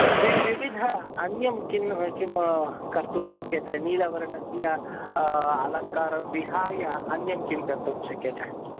वि विविध अन्यं किं किं कर्तुं शक्यते नीलवर्णस्य अलङ्कारं विहाय अन्यत् किं कर्तुं शक्यते